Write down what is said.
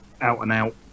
out-and-out